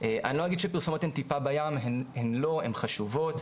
אני לא אגיד שפרסומות הן טיפה בים הן לא הן חשובות,